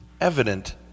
evident